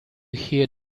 hear